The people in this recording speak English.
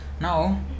now